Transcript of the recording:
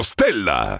Stella